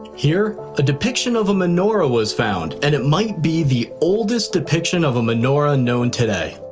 here, a depiction of a menorah was found, and it might be the oldest depiction of a menorah known today.